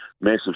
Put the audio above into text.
massive